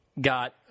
got